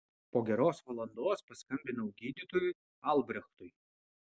po geros valandos paskambinau gydytojui albrechtui